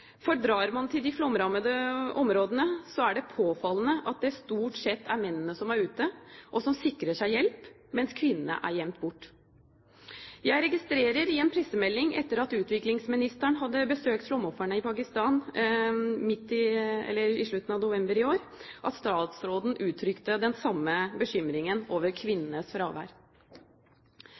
Drar man til de flomrammede områdene, er det påfallende at det stort sett er mennene som er ute, og som sikrer seg hjelp, mens kvinnene er gjemt bort. Jeg registrerte i en pressemelding etter at utviklingsministeren hadde besøkt flomofrene i Pakistan i slutten av november i år, at statsråden uttrykte den samme bekymringen over kvinnenes fravær.